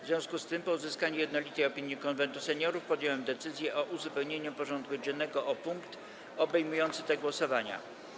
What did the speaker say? W związku z tym, po uzyskaniu jednolitej opinii Konwentu Seniorów, podjąłem decyzję o uzupełnieniu porządku dziennego o punkt obejmujący te głosowania.